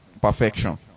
Perfection